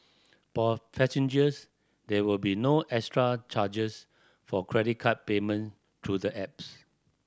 passengers there will be no extra charges for credit card payment through the apps